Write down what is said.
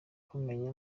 kumenya